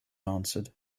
answered